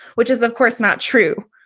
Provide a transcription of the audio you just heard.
which is, of course, not true.